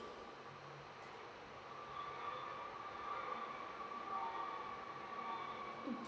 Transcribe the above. mm